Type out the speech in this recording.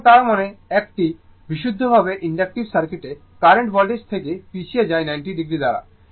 সুতরাং তার মানে একটি বিশুদ্ধভাবে ইনডাকটিভ সার্কিটে কারেন্ট ভোল্টেজ থাকে পিছিয়ে যায় 90o দ্বারা